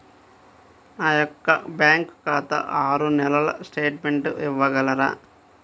నా యొక్క బ్యాంకు ఖాతా ఆరు నెలల స్టేట్మెంట్ ఇవ్వగలరా?